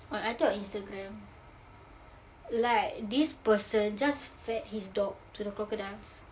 ah I thought instagram like this person just fed his dog to the crocodiles